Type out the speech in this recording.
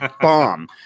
bomb